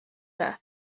death